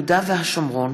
חסון,